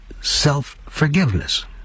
self-forgiveness